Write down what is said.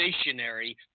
stationary